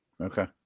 Okay